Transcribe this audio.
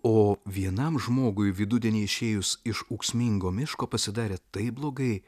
o vienam žmogui vidudienį išėjus iš ūksmingo miško pasidarė taip blogai